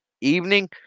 evening